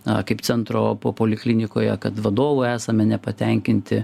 na kaip centro po poliklinikoje kad vadovu esame nepatenkinti